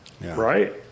right